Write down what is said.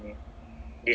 mm